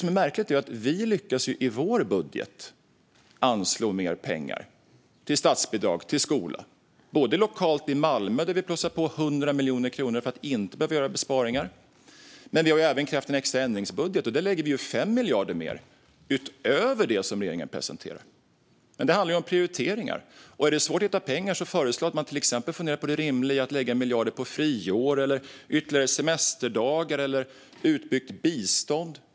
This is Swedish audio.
Det märkliga är att vi i vår budget lyckas med att anslå mer pengar till statsbidrag till skolor, både lokalt i Malmö, där vi plussar på 100 miljoner kronor för att inte behöva göra besparingar, och i en extra ändringsbudget som vi har krävt. Där lägger vi 5 miljarder mer, utöver det som regeringen presenterar. Det handlar om prioriteringar. Är det svårt att hitta pengar föreslår jag till exempel att man funderar på det rimliga i att lägga miljarder på friår, ytterligare semesterdagar eller utbyggt bistånd.